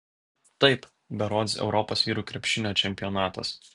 taip berods europos vyrų krepšinio čempionatas